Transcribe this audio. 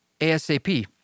ASAP